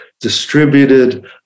distributed